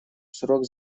срок